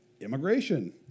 Immigration